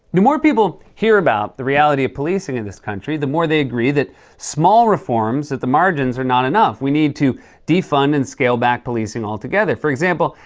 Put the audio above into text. the more people hear about the reality of policing in this country, the more they agree that small reforms at the margins are not enough. we need to de-fund and scale back policing altogether. for example,